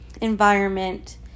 environment